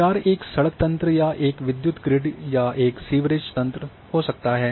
संचार एक सड़क तंत्र या एक विद्युत ग्रीड या एक सीवरेज तंत्र हो सकता है